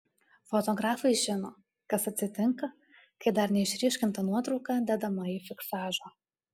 fotografai žino kas atsitinka kai dar neišryškinta nuotrauka dedama į fiksažą